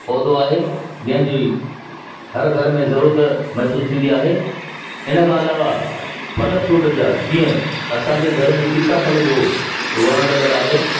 पौधो आहे जंहिंजी हर घर में ज़रुरत महिसूसु थींदी आहे इन खां अलावा फल फ्रूट जा जीअं असांजे घर में सीताफल जो वणु लॻल आहे